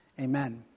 Amen